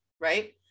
right